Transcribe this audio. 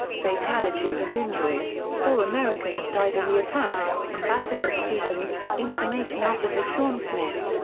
fatalities and injuries four americans died in the attack ambassador stevens, information officer sean smith,